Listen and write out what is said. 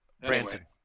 Branson